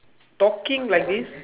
talking like this